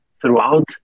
throughout